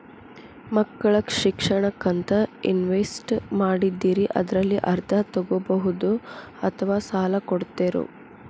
ಮಕ್ಕಳ ಶಿಕ್ಷಣಕ್ಕಂತ ಇನ್ವೆಸ್ಟ್ ಮಾಡಿದ್ದಿರಿ ಅದರಲ್ಲಿ ಅರ್ಧ ತೊಗೋಬಹುದೊ ಅಥವಾ ಸಾಲ ಕೊಡ್ತೇರೊ?